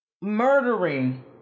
murdering